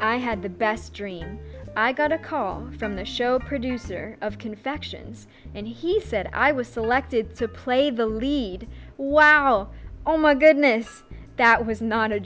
i had the best dream i got a call from the show producer of confections and he said i was selected to play the lead wow oh my goodness that was not a